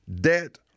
debt